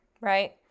right